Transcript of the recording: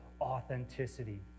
authenticity